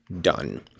done